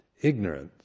ignorance